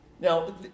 Now